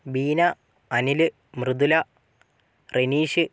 Beena Anil Mridula Renish